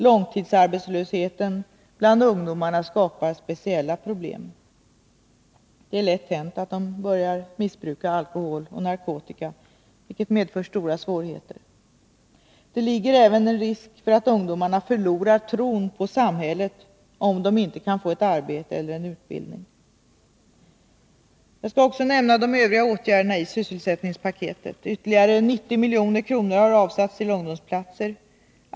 Långtidsarbetslösheten bland ungdomarna skapar speciella problem. Det är lätt hänt att de börjar missbruka alkohol och narkotika, vilket medför stora sociala svårigheter. Det föreligger även risk för att ungdomarna förlorar tron på samhället om de inte kan få ett arbete eller utbildning. Jag skall också nämna de övriga åtgärderna i sysselsättningspaketet. Ytterligare 90 milj.kr. har avsatts till ungdomsplatser.